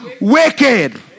wicked